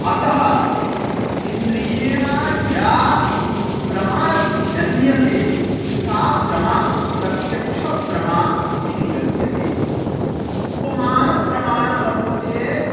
अतः इन्द्रियेण या प्रमा जन्यते सा प्रमा प्रत्यक्षप्रमा इति निगद्यते उपमानप्रमाणं वर्तते